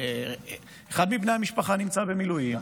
אחד מבני המשפחה נמצא במילואים,